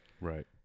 Right